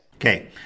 Okay